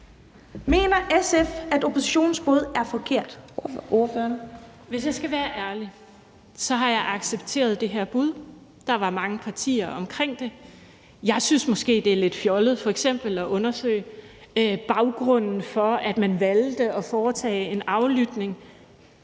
Karina Lorentzen Dehnhardt (SF): Hvis jeg skal være ærlig, har jeg accepteret det her bud. Der var mange partier omkring det. Jeg synes måske, det er lidt fjollet f.eks. at undersøge baggrunden for, at man valgte at foretage en aflytning.